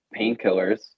painkillers